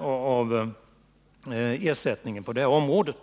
av ersättningarna på det området.